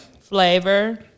Flavor